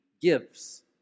gives